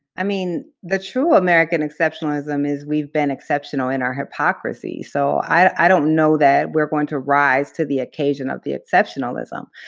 i mean, the true american exceptionalism is we've been exceptional in our hypocrisy. so i don't know that we're going to rise to the occasion of the exceptionalism.